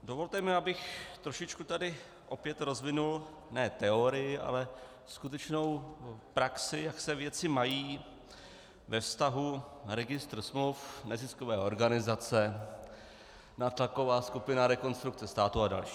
Dovolte mi, abych tady trošičku opět rozvinul ne teorii, ale skutečnou praxi, jak se věci mají ve vztahu registr smluv neziskové organizace, nátlaková skupina Rekonstrukce státu a další.